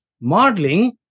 modeling